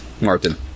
Martin